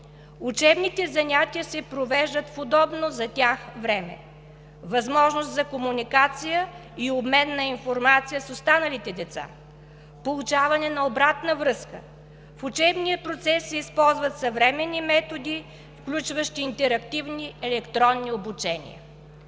учебните занятия се провеждат в удобно за тях време, възможност за комуникация и обмен на информация с останалите деца, получаване на обратна връзка. В учебния процес се използват съвременни методи, включващи интерактивни електронни обучения.